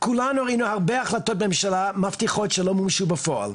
כולנו ראינו הרבה הבטחות ממשלה מבטיחות שלא מומשו בפועל.